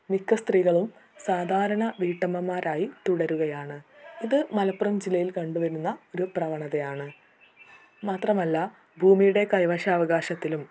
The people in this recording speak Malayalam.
മിക്ക സ്ത്രീകളും സാധാരണ വീട്ടമ്മമാരായി തുടരുകയാണ് ഇത് മലപ്പുറം ജില്ലയിൽ കണ്ട് വരുന്ന ഒരു പ്രവണതയാണ് മാത്രമല്ല ഭൂമിയുടെ കൈവശാവകാശത്തിലും